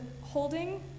holding